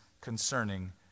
concerning